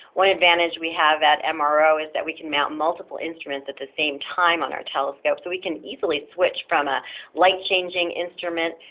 one advantage we have at mro is that we can mount multiple instruments at the same time on our telescope, so we can easily switch from a light-changing instrument,